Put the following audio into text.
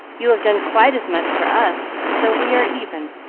you have done quite as much for us so we are even.